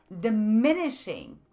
diminishing